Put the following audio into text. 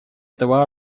этого